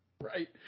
Right